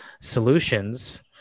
solutions